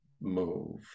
move